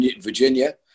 virginia